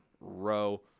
Row